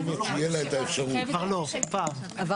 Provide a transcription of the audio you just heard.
אני אומר